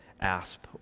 asp